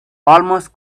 almost